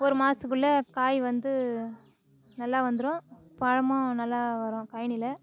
ஒரு மாதத்துக்குள்ள காய் வந்து நல்லா வந்துடும் பழமும் நல்லா வரும் கயனில்